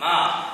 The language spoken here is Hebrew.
מה?